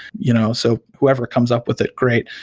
you know so whoever comes up with it, great,